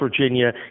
Virginia